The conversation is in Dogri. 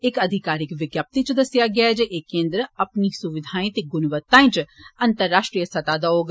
इक अधिकारिक विज्ञप्ति च दस्सेआ गेआ ऐ जे एह् केन्द्र अपनी सुविघाएं ते गुणवत्ता च अंतर्राष्ट्रीय स्तहें दा होग